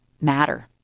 matter